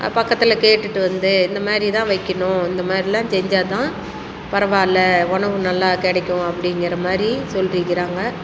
பக்கத்தில் கேட்டுகிட்டு வந்து இந்த மாதிரி தான் வைக்கிணும் இந்த மாதிரிலாம் செஞ்சால் தான் பரவாயில்ல உணவு நல்லா கிடைக்கும் அப்படிங்கிற மாதிரி சொல்லி இருக்குறாங்க